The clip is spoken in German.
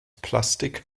plastik